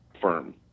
firm